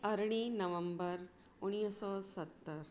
अरिड़हीं नवम्बर उणिवीह सौ सतरि